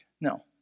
No